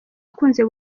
akunze